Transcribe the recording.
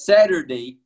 Saturday